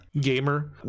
gamer